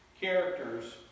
characters